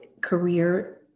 career